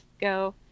go